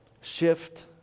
shift